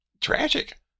tragic